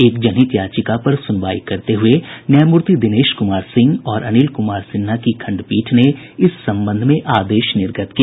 एक जनहित याचिका पर सुनवाई करते हुये न्यायमूर्ति दिनेश कुमार सिंह और अनिल कुमार सिन्हा की खंडपीठ ने इस संबंध में आदेश निर्गत किया